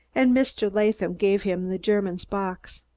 and mr. latham gave him the german's box.